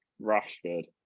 Rashford